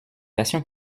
fassions